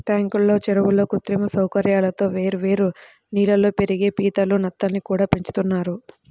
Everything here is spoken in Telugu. ట్యాంకుల్లో, చెరువుల్లో కృత్రిమ సౌకర్యాలతో వేర్వేరు నీళ్ళల్లో పెరిగే పీతలు, నత్తల్ని కూడా పెంచుతున్నారు